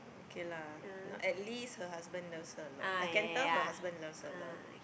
K lah now at least her husband loves her a lot I can tell her husband loves her a lot